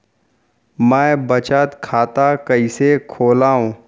मै बचत खाता कईसे खोलव?